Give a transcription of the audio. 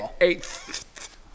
Eighth